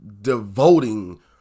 devoting